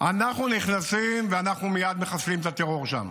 אנחנו נכנסים ואנחנו מייד מחסלים את הטרור שם,